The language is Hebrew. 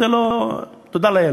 תודה לאל,